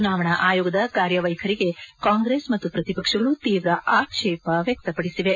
ಚುನಾವಣೆ ಆಯೋಗದ ಕಾರ್ಯವೈಖರಿಗೆ ಕಾಂಗ್ರೆಸ್ ಮತ್ತು ಪ್ರತಿಪಕ್ಷಗಳು ತೀವ್ರ ಆಕ್ಷೇಪ ವ್ಯಕ್ತಪಡಿಸಿವೆ